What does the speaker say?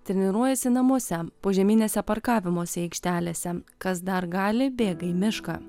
treniruojasi namuose požeminėse parkavimosi aikštelėse kas dar gali bėga į mišką